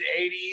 80s